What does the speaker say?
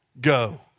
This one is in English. Go